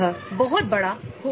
यह है जो यह टेबल देता है